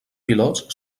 pilots